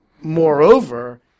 moreover